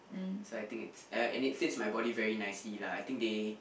so I think it's uh and it fits my body very nicely lah I think they